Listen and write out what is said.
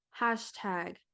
hashtag